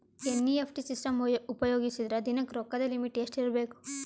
NEFT system ಉಪಯೋಗಿಸಿದರ ದಿನದ ರೊಕ್ಕದ ಲಿಮಿಟ್ ಎಷ್ಟ ಇರಬೇಕು?